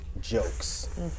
jokes